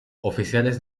oficiales